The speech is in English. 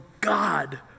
God